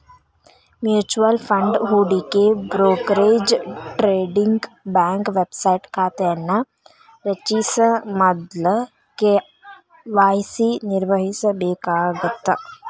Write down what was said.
mutual fund ಹೂಡಿಕೆ brokerage trading bank website ಖಾತೆಯನ್ನ ರಚಿಸ ಮೊದ್ಲ ಕೆ.ವಾಯ್.ಸಿ ನಿರ್ವಹಿಸಬೇಕಾಗತ್ತ